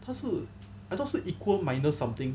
他是 I thought 是 equal minus something